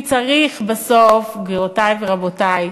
כי צריך בסוף, גבירותי ורבותי,